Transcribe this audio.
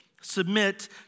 submit